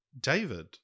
David